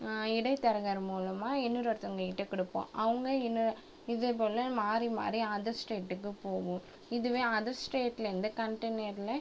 இடைத்தரகர் மூலமாக இன்னொரு ஒருத்தவங்கக்கிட்ட கொடுப்போம் அவங்க இன்ன இதை போல் மாறி மாறி அதர் ஸ்டேட்டுக்கு போகும் இதுவே அதர் ஸ்டேட்டில் இருந்து கண்டெயினரில்